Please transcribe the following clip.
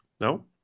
No